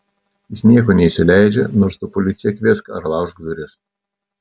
jis nieko neįsileidžia nors tu policiją kviesk ar laužk duris